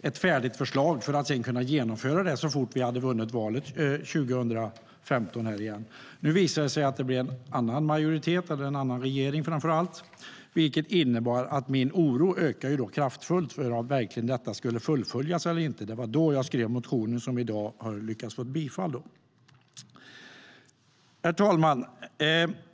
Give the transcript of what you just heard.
ett färdigt förslag, för att sedan kunna genomföra det så fort vi hade vunnit valet 2014 igen. Nu visade det sig att det blev en annan majoritet och framför allt en annan regering. Det innebar att min oro ökade kraftigt för om detta verkligen skulle fullföljas eller inte. Det var då jag skrev den motion som i dag har fått bifall. Herr talman!